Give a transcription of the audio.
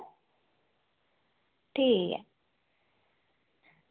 ठीक ऐ